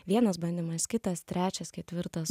vienas bandymas kitas trečias ketvirtas